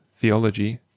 Theology